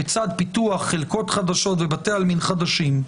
לצד פיתוח חלקות ובתי עלמין חדשים,